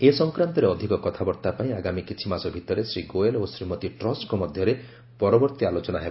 ଏ ସଂକ୍ରାନ୍ତରେ ଅଧିକ କଥାବାର୍ତ୍ତାପାଇଁ ଆଗାମୀ କିଛି ମାସ ଭିତରେ ଶ୍ରୀ ଗୋୟଲ୍ ଓ ଶ୍ରୀମତୀ ଟ୍ରସ୍ଙ୍କ ମଧ୍ୟରେ ପରବର୍ତ୍ତୀ ଆଲୋଚନା ହେବ